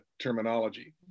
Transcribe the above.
terminology